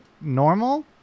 normal